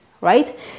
Right